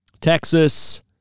Texas